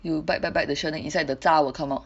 you bite bite the shell then inside the zar will come out